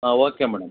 ಹಾಂ okay madam